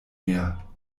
mehr